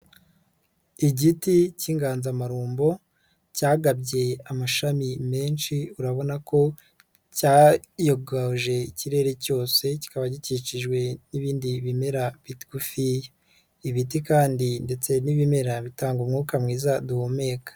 Igiti cy'inganzamarumbo cyagabye amashami menshi, urabona ko cyayogaje ikirere cyose, kikaba gikikijwe n'ibindi bimera bigufi, ibiti kandi ndetse n'ibimera bitanga umwuka mwiza duhumeka.